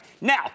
now